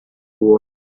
world